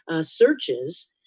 searches